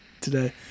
today